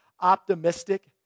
optimistic